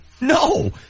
No